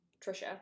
Trisha